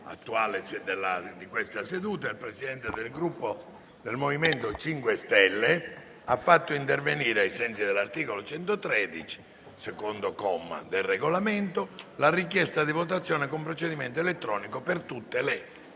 il Presidente del Gruppo MoVimento 5 Stelle ha fatto pervenire, ai sensi dell'articolo 113, comma 2, del Regolamento, la richiesta di votazione con procedimento elettronico per tutte le votazioni